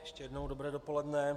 Ještě jednou dobré dopoledne.